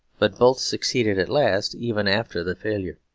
but both succeeded at last, even after the failure.